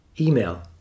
email